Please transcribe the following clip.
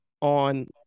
on